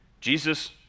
Jesus